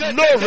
no